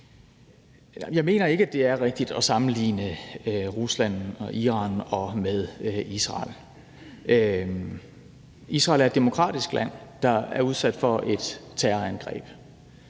Jeg mener ikke, at det er rigtigt at sammenligne Rusland og Iran med Israel. Israel er et demokratisk land, der er udsat for et terrorangreb,